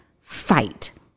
Fight